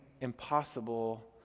impossible